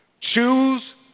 Choose